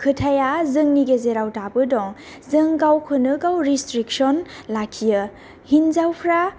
खोथाया जोंनि गेजेराव दाबो दं जों गावखौनो गाव रेस्ट्रिक्सन लाखियो हिनजावफ्रा